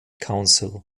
council